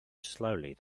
slowly